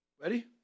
Ready